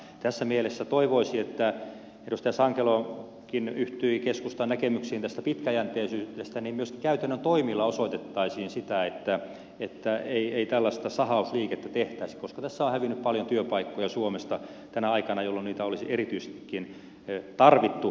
tässä mielessä toivoisi kun edustaja sankelokin yhtyi keskustan näkemyksiin tästä pitkäjänteisyydestä että myöskin käytännön toimilla osoitettaisiin sitä että ei tällaista sahausliikettä tehtäisi koska tässä on hävinnyt paljon työpaikkoja suomesta tänä aikana jolloin niitä olisi erityisestikin tarvittu